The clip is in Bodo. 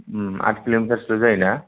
आद किल'मिटारसोल' जायोना